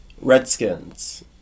Redskins